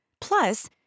Plus